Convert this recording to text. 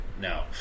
No